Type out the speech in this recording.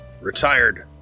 retired